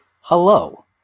hello